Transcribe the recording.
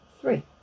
three